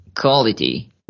quality